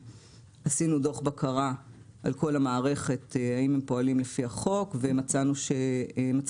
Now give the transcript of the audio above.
עשינו דוח בקרה על כל המערכת האם הם פועלים לפי החוק ומצאנו שם